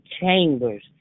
chambers